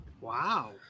Wow